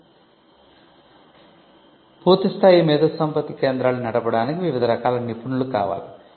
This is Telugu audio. ఇప్పుడు పూర్తి స్థాయి మేధోసంపత్తి కేంద్రాలను నడపడానికి వివిధ రకాల నిపుణులు కావాలి